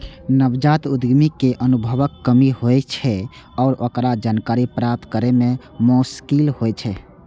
नवजात उद्यमी कें अनुभवक कमी होइ छै आ ओकरा जानकारी प्राप्त करै मे मोश्किल होइ छै